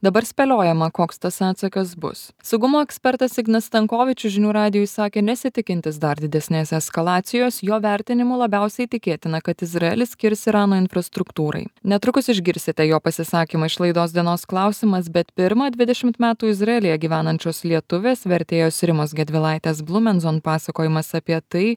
dabar spėliojama koks tas atsakas bus saugumo ekspertas ignas stankovičius žinių radijui sakė nesitikintis dar didesnės eskalacijos jo vertinimu labiausiai tikėtina kad izraelis kirs irano infrastruktūrai netrukus išgirsite jo pasisakymą iš laidos dienos klausimas bet pirma dvidešimt metų izraelyje gyvenančios lietuvės vertėjos rimos gedvilaitės blumenzon pasakojimas apie tai